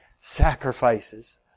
sacrifices